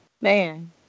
man